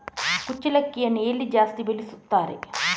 ಕುಚ್ಚಲಕ್ಕಿಯನ್ನು ಎಲ್ಲಿ ಜಾಸ್ತಿ ಬೆಳೆಸುತ್ತಾರೆ?